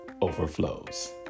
overflows